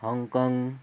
Hong Kong